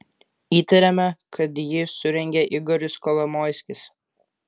įtariame kad jį surengė igoris kolomoiskis